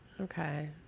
Okay